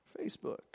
Facebook